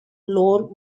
lord